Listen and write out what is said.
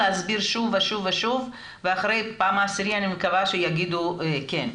להסביר שוב ושוב ושוב ואחרי הפעם העשירית אני מקווה שיגידו כן.